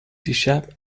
دیشب